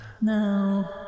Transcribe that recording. No